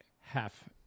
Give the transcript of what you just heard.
half